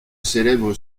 célèbre